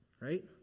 right